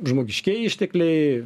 žmogiškieji ištekliai